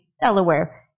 Delaware